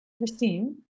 Christine